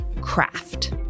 craft